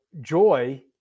joy